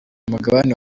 mugabane